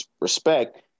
respect